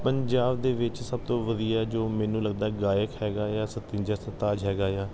ਪੰਜਾਬ ਦੇ ਵਿੱਚ ਸਭ ਤੋਂ ਵਧੀਆ ਜੋ ਮੈਨੂੰ ਲੱਗਦਾ ਗਾਇਕ ਹੈਗਾ ਆ ਸਤਿੰਦਰ ਸਰਤਾਜ ਹੈਗਾ ਆ